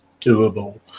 doable